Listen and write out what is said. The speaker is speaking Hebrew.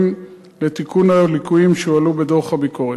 לתיקון הליקויים שהועלו בדוח הביקורת.